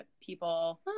people